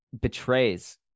betrays